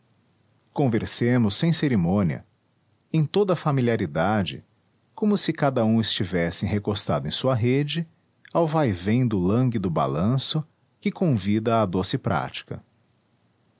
conversemos sem cerimônia em toda familiaridade como se cada um estivesse recostado em sua rede ao vaivém do lânguido balanço que convida à doce prática